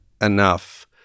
enough